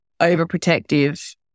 overprotective